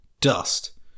dust